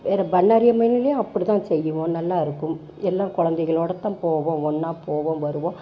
வேற பண்ணாரி அம்மன்லேயே அப்படி தான் செய்யுவோம் நல்லா இருக்கும் எல்லா குழந்தைகளோடத்தான் போவோம் ஒன்னா போவோம் வருவோம்